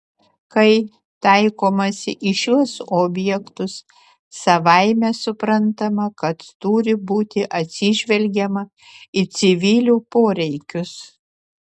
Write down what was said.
kai taikomasi į šiuos objektus savaime suprantama kad turi būti atsižvelgiama į civilių poreikius